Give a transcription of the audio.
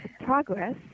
progress